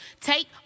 take